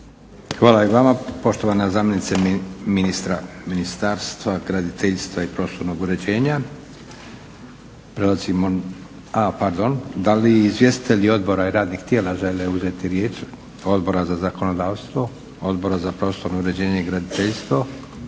Hvala i vama poštovana zamjenice ministra Ministarstva graditeljstva i prostornog uređenja. Prelazimo, a pardon. Da li izvjestitelji odbora i radnih tijela žele uzeti riječ, Odbora za zakonodavstvo, Odbora za prostorno uređenje i graditeljstvo,